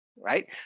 right